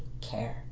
care